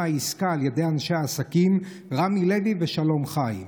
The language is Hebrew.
העסקה על ידי אנשי העסקים רמי לוי ושלום חיים.